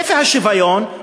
איפה השוויון?